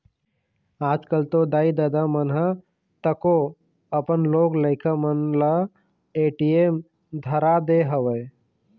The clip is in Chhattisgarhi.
आजकल तो दाई ददा मन ह तको अपन लोग लइका मन ल ए.टी.एम धरा दे हवय